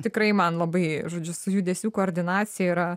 tikrai man labai žodžiu su judesių koordinacija yra